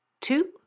two